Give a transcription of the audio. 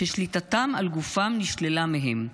ששליטתם על גופם נשללה מהם,